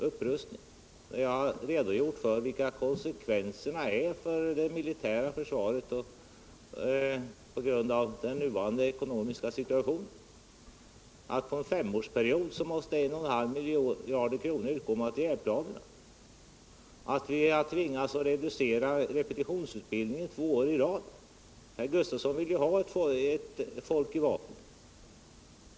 Herr Gustavsson talar om upprustning, när jag har redogjort för vilka konsekvenser av den nuvarande ekonomiska situationen det blir för det militära försvaret: att på en femårsperiod måste 1,5 miljarder kronor utgå ur materielplanerna och att vi tvingas reducera repetitionsutbildningen två år i rad. Herr Gustavsson vill ju ha ett folk i vapen.